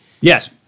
yes